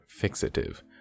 fixative